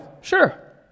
sure